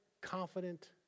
confident